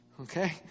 okay